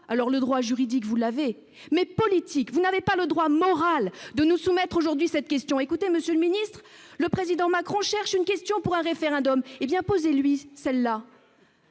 le droit juridique, vous l'avez -, pas plus que le droit moral de nous soumettre aujourd'hui cette question. Monsieur le ministre, le Président Macron cherche une question pour un référendum. Eh bien, suggérez-lui celle-ci